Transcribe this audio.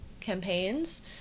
campaigns